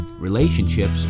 relationships